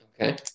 Okay